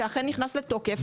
שאכן נכנס לתוקף,